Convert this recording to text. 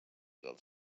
dels